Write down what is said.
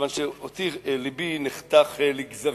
כיוון שלבי נחתך לגזרים,